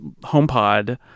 HomePod